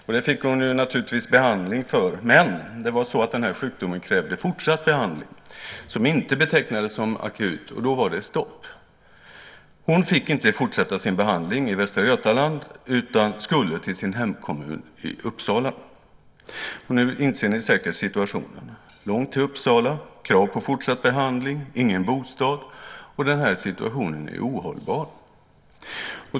Hon fick naturligtvis behandling, men sjukdomen krävde fortsatt behandling som inte betecknades som akut, och då var det stopp. Hon fick inte fortsätta sin behandling i Västra Götaland utan skulle till sin hemkommun Uppsala. Nu inser ni säkert situationen: Långt till Uppsala, krav på fortsatt behandling, ingen bostad. Den här situationen är ohållbar.